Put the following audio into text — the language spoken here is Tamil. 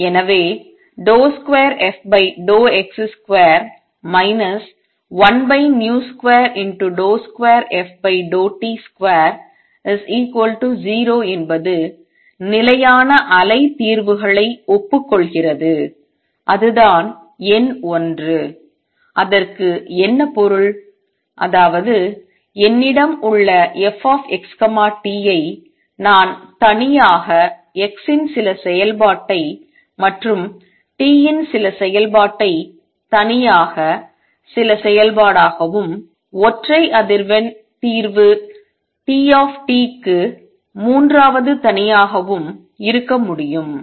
எனவே 2fx2 1v22ft20 என்பது நிலையான அலை தீர்வுகளை ஒப்புக்கொள்கிறது அதுதான் எண் 1 அதற்கு என்ன பொருள் அதாவது என்னிடம் உள்ள fxt ஐ நான் தனியாக x இன் சில செயல்பாட்டை மற்றும் t இன் சில செயல்பாட்டை தனியாக சில செயல்பாடாகவும் ஒற்றை அதிர்வெண் தீர்வு T க்கு மூன்றாவது தனியாகவும் இருக்க முடியும்